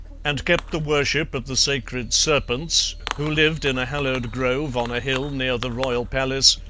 and kept the worship of the sacred serpents, who lived in a hallowed grove on a hill near the royal palace,